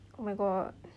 oh my god